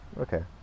Okay